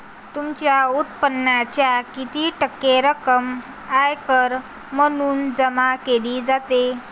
तुमच्या उत्पन्नाच्या किती टक्के रक्कम आयकर म्हणून जमा केली जाते?